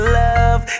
love